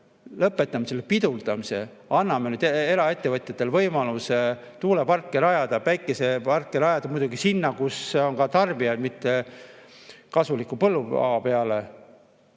lõpetame selle pidurdamise, anname eraettevõtjatele võimaluse tuuleparke rajada ja päikeseparke rajada. Ja muidugi sinna, kus on ka tarbijaid, mitte kasuliku põllumaa peale.